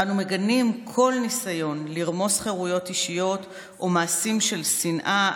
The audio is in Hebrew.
ואנו מגנים כל ניסיון לרמוס חירויות אישיות או מעשים של שנאה,